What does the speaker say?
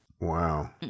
Wow